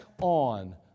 on